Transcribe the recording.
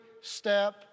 step